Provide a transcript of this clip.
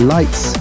Lights